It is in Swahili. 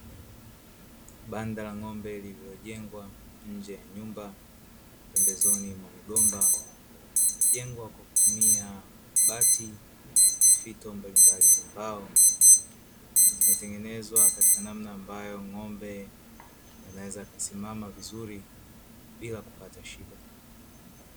Banda la ng'ombe lililojengwa nje ya nyumba pembezoni mwa migomba, limejengwa kwa kutumia bati na fito mbalimbali za mbao zimetengenezwa katika namna ambayo ng'ombe anaweza akasimama vizuri bila kupata shida.